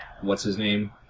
What's-his-name